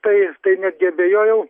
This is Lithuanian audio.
tai tai netgi abejojau